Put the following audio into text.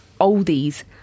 oldies